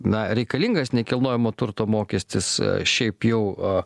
na reikalingas nekilnojamo turto mokestis šiaip jau a